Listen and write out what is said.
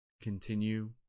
continue